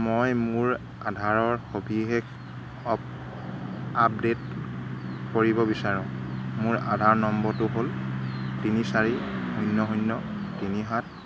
মই মোৰ আধাৰৰ সবিশেষ অপ আপডে'ট কৰিব বিচাৰোঁ মোৰ আধাৰ নম্বৰটো হ'ল তিনি চাৰি শূন্য় শূন্য় তিনি সাত